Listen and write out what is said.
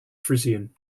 frisian